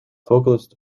vocalist